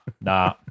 nah